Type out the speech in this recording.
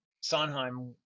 Sondheim